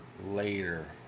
later